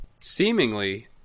seemingly